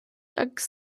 agus